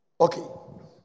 Okay